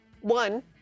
one